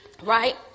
right